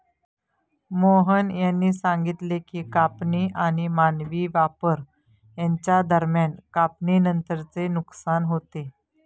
मोहन यांनी सांगितले की कापणी आणि मानवी वापर यांच्या दरम्यान कापणीनंतरचे नुकसान होते